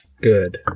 Good